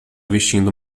vestindo